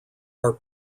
are